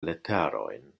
leterojn